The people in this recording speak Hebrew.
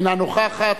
אינה נוכחת,